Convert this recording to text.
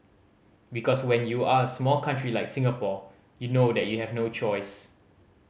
because when you are small country like Singapore you know that you have no choice